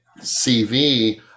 cv